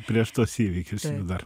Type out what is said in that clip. prieš tuos įvykius dar